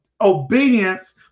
obedience